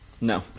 No